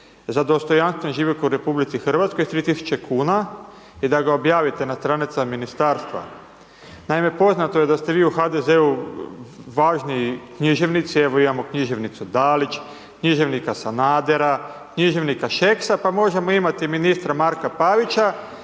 za dostojanstven životu u RH, sa 3000 kn i da ga objavite na stranicama ministarstva, naime poznato je da ste vi u HDZ-u važniji književnici, evo imamo književnicu Dalić, književnika Sanadera, književnika Šeksa, pa možemo imati i ministra Marka Pavića,